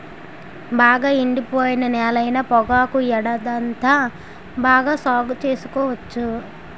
బాగా ఎండిపోయిన నేలైన పొగాకు ఏడాదంతా బాగా సాగు సేసుకోవచ్చు